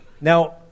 Now